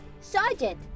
sergeant